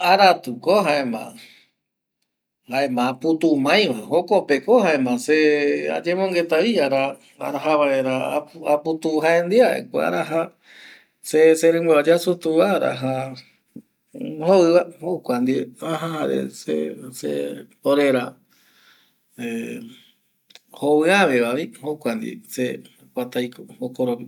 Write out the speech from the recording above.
Aratu ko jaema aputu ma aiva jokope ko jaema se ayemongueta vi araja vaera aputu jaendieva jaeko araja serimbio yasutu va jare se polera joviave va.